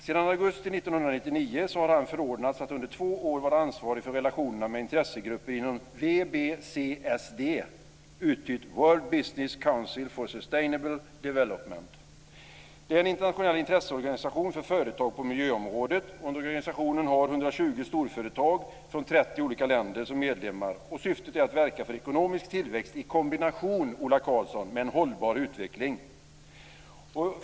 Sedan augusti 1999 har han förordnats att under två år vara ansvarig för relationerna med intressegrupper inom WBCSD, World Business Council for Sustainable Development. Det är en internationell intresseorganisation för företag på miljöområdet. Organisationen har 120 storföretag från 30 olika länder som medlemmar. Syftet är att verka för ekonomisk tillväxt i kombination, Ola Karlsson, med en hållbar utveckling.